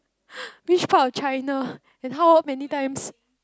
which part of China and how many times